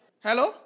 Hello